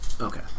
Okay